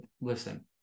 Listen